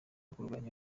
kurwanya